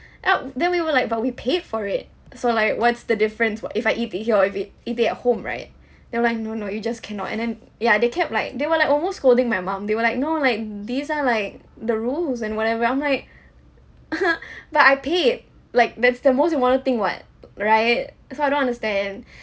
uh then we were like but we paid for it so like what's the difference what if I eat it here or if it eat it at home right they went no no you just cannot and then ya they kept like they were like almost scolding my mum they were like no like these are like the rules and whatever I'm like (uh huh) but I paid like that's the most important thing [what] right so I don't understand